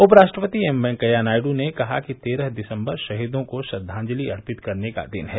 उपराष्ट्रपति एम वेंकैया नायडू ने कहा कि तेरह दिसंबर शहीदों को श्रद्वांजलि अर्पित करने का दिन है